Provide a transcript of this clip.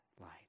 light